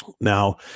Now